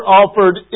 offered